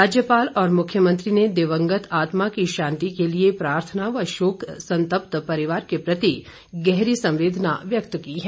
राज्यपाल और मुख्यमंत्री ने दिवंगत आत्मा की शांति के लिए प्रार्थना व शोक संतप्त परिवार के प्रति गहरी संवेदना व्यक्त की है